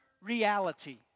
reality